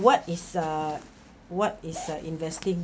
what is a what is a investing